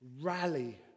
rally